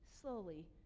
slowly